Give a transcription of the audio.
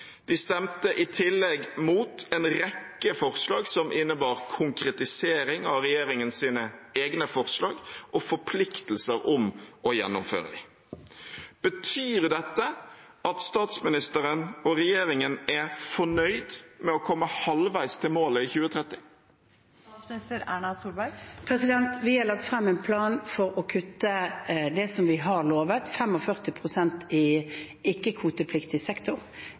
De stemte i tillegg mot en rekke forslag som innebar konkretisering av regjeringens egne forslag og forpliktelser til å gjennomføre dem. Betyr dette at statsministeren og regjeringen er fornøyd med å komme halvveis til målet i 2030? Vi har lagt frem en plan for å kutte det som vi har lovet, 45 pst. i ikke-kvotepliktig sektor.